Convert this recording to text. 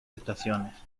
estaciones